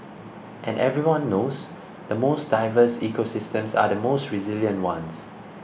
and everyone knows the most diverse ecosystems are the most resilient ones